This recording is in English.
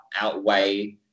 outweigh